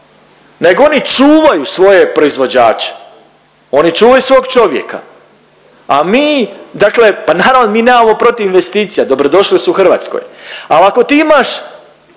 nego oni čuvaju svoje proizvođače, oni čuvaju svog čovjeka, a mi dakle pa naravno mi nemamo protiv investicija dobro došle su u Hrvatskoj. Ali ako ti imaš